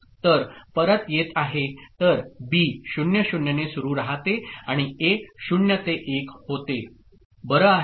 तर परत येत आहे तर बी 0 0 ने सुरू राहते आणि ए 0 ते 1 होते बरं आहे का